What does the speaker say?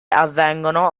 avvengono